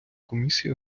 комісія